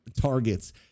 targets